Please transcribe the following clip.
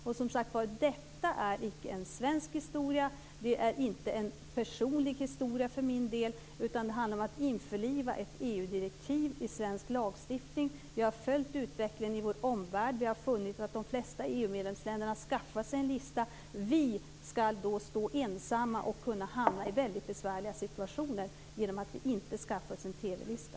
Och, som sagt var, detta är inte en svensk historia, detta är inte en personlig historia för min del, utan det handlar om att införliva ett EU-direktiv i svensk lagstiftning. Vi har följt utvecklingen i vår omvärld. Vi har funnit att de flesta EU-medlemsländerna har skaffat sig en lista. Vi skulle då stå ensamma och kunna hamna i väldigt besvärliga situationer genom att vi inte skaffar oss en TV-lista.